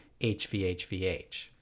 HVHVH